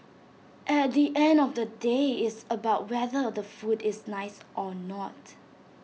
at the end of the day it's about whether the food is nice or not